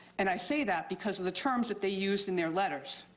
and i say that because of the terms that they used in their letters.